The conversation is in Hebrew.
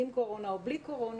עם קורונה או בלי קורונה,